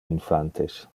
infantes